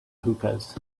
hookahs